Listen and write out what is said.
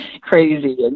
crazy